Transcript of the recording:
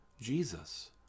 Jesus